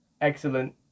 Excellent